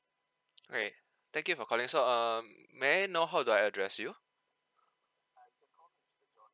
okay thank you for calling so um may I know how do I address you